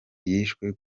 yishwe